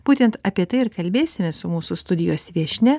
būtent apie tai ir kalbėsimės su mūsų studijos viešnia